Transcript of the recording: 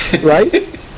right